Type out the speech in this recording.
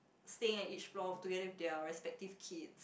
staying at each floor together with their respective kids